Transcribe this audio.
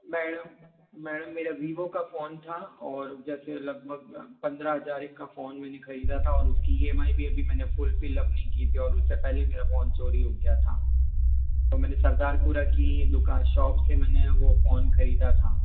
madam madam मेरा Vivo का phone था और जैसे लगभग पंद्रह हज़ार एक का फ़ोन मैंने खरीदा था और उसकी इ एम आई भी अभी मैंने फ़ुल फ़िल अप नहीं की थी और उससे पहले ही मेरा फ़ोन चोरी हो गया था तो मैंने सरदारपुरा की दुकान शॉप से मैंने वो फ़ोन खरीदा था